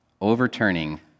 overturning